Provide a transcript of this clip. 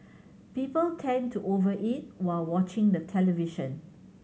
people tend to over eat while watching the television